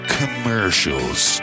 commercials